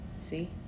See